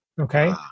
Okay